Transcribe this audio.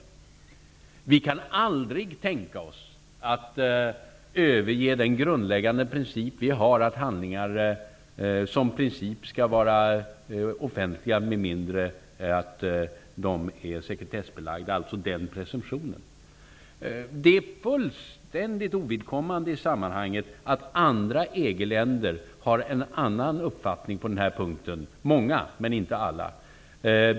Vi kan aldrig tänka oss att överge den grundläggande princip vi har att handlingar skall vara offentliga med mindre än att presumtionen är att de är sekretessbelagda. Det är fullständigt ovidkommande i sammanhanget att många EG länder, men inte alla, har en annan uppfattning på den här punkten.